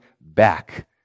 back